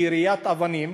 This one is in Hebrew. מזריקת אבנים.